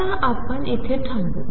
आता आपण इथे थांबू